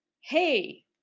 hey